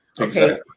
Okay